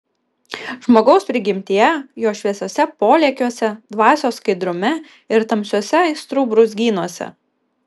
žmogaus prigimtyje jo šviesiuose polėkiuose dvasios skaidrume ir tamsiuose aistrų brūzgynuose